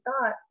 thought